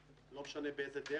זה לא מעניין אותך שלומי?